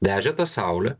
vežė tą saulę